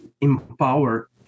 empower